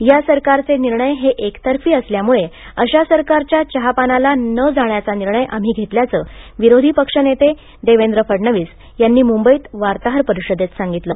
या सरकारचे निर्णय हे एकतर्फी असल्यामुळे अशा सरकारच्या चहापानाला न जाण्याचा निर्णय आम्ही घेतल्याचे विरोधी पक्षनेते देवेंद्र फडणवीस यांनी मुंबईत वार्ताहर परिषदेत सांगितले